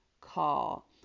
call